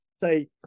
say